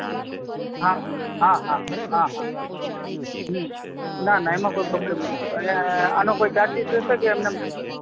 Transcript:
હા હા હા હા હા ના ના એમાં કોઇ પ્રોબ્લમ નહોતો અને આનો કોઇ ચાર્જીસ રહેશે કે એમનેમ રહેશે